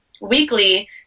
weekly